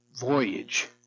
voyage